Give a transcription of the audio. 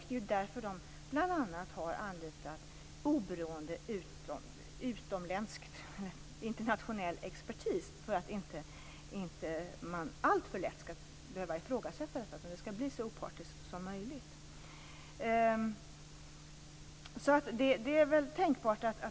Det är därför man bl.a. har anlitat oberoende internationell expertis, för att detta inte alltför lätt skall ifrågasättas. Det skall bli så opartiskt som möjligt.